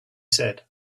said